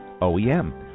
OEM